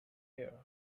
here